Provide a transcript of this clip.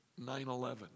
9-11